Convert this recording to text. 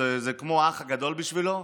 וזה כמו האח הגדול בשבילו.